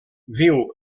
viu